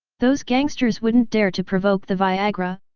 those gangsters wouldn't dare to provoke the viagra,